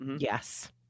yes